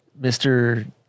Mr